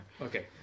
Okay